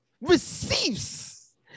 receives